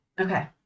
Okay